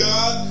God